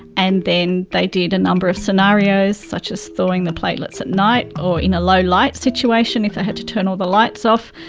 and then they did a number of scenarios such as thawing the platelets at night or in low light situation if they had to turn all the lights off.